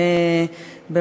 תודה,